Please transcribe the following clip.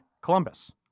Columbus